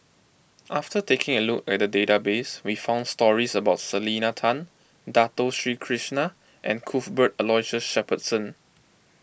after taking a look at the database we found stories about Selena Tan Dato Sri Krishna and Cuthbert Aloysius Shepherdson